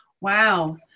Wow